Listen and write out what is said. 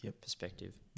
perspective